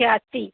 ખ્યાતિ